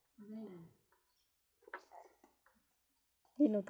उंटअळीवर कोनचं औषध कामाचं हाये?